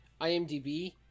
IMDb